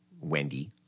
Wendy